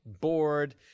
bored